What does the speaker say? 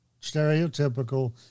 stereotypical